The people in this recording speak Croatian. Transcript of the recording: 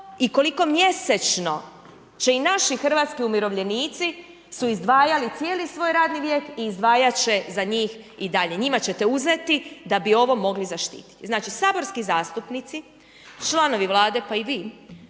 o koliko mjesečno će i naši hrvatski umirovljenici su izdvajali cijeli svoj radni vijek i izdvajat će za njih i dalje. Njima ćete uzeti da bi ovo mogli zaštiti. Znači saborski zastupnici, članovi Vlade pa i vi